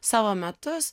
savo metus